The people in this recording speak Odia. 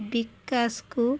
ବିକାଶକୁ